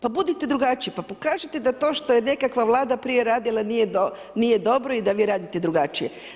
Pa budite drugačiji, pa pokažite to što je nekakva Vlada prije radila, nije dobro i da vi radite drugačije.